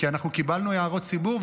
כי קיבלנו הערות ציבור,